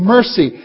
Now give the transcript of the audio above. Mercy